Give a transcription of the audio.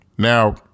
Now